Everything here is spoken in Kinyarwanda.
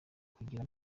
kugira